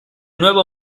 nuevo